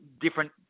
different